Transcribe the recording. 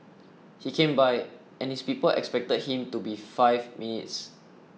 he came by and his people expected him to be five minutes